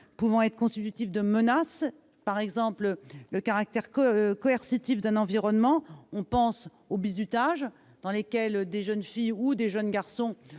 pouvant être constitutives de menaces, en y incluant le caractère coercitif d'un environnement- on pense au bizutage au cours duquel des jeunes filles ou des jeunes garçons